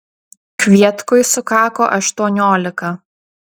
kvietkui sukako aštuoniolika